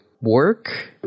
work